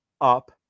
up